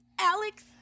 Alex